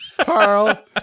Carl